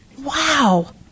Wow